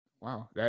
Wow